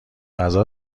غذا